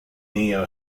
neo